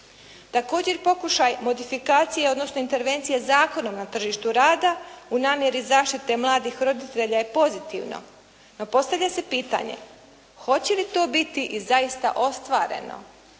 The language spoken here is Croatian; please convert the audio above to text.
Također pokušaj modifikacije, odnosno intervencije zakona na tržištu rada u namjeri zaštite mladih roditelja je pozitivno, no postavlja se pitanje, hoće li to biti i zaista ostvareno,